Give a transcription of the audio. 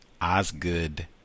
osgood